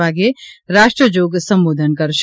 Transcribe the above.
વાગે રાષ્ટ્રજોગ સંબોધન કરશે